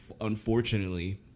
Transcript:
unfortunately